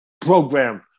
program